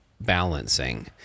balancing